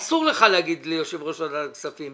אסור לך להגיד ליושב-ראש ועדת הכספים,